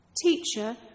Teacher